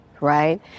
Right